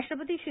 राष्ट्रपती श्री